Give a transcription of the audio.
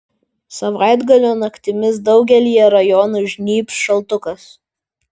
savaitgalio naktimis daugelyje rajonų žnybs šaltukas